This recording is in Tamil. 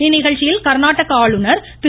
இந்நிகழ்ச்சியில் கர்நாடக ஆளுநர் திரு